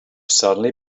suddenly